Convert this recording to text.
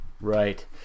Right